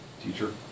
Teacher